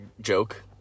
joke